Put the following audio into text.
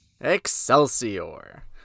Excelsior